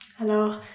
Alors